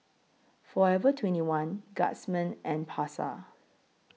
Forever twenty one Guardsman and Pasar